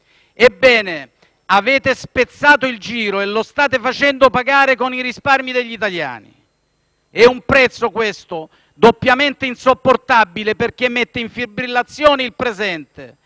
Ebbene, avete spezzato il giro e lo state facendo pagare con i risparmi degli italiani. È un prezzo, questo, doppiamente insopportabile perché mette in fibrillazione il presente